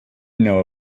know